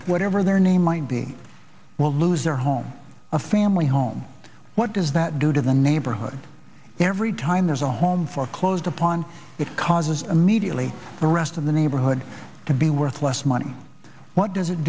whatever their name might be will lose their home a family home what does that do to the neighborhood every time there's a home foreclosed upon it causes immediately the rest of the neighborhood to be worth less money what does it